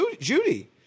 Judy